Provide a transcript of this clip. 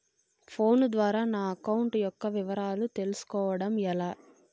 Phone ద్వారా నా account యొక్క వివరాలు తెలుస్కోవడం ఎలా?